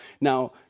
Now